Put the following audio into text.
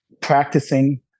practicing